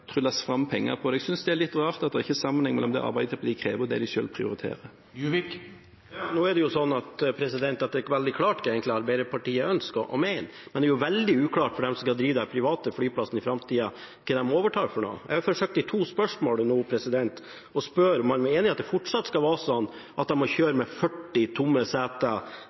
fram penger til. Jeg synes det er litt rart at det ikke er sammenheng mellom det Arbeiderpartiet krever og det de selv prioriterer. Nå er det jo slik at det er veldig klart hva Arbeiderpartiet ønsker og mener, men det er jo veldig uklart for dem som drive den private flyplassen i framtida, hva det er de overtar. Jeg har nå i to spørsmål forsøkt å spørre om man er enig i at det fortsatt skal være slik at de må kjøre med 40 tomme seter